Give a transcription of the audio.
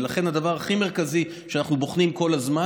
ולכן הדבר הכי מרכזי שאנחנו בוחנים כל הזמן